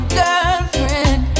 girlfriend